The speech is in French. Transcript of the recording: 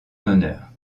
honneur